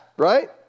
Right